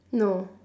no